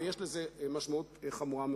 ויש לזה משמעות חמורה מאוד.